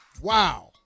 Wow